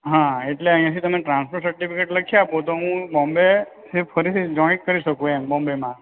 હાં એટલે અહિયાંથી તમે ટ્રાન્સફર સર્ટિફિકેટ લખી આપો તો હું બોમ્બે શિફ્ટ ફરીથી જોઇન કરી શકું એમ બોમ્બેમાં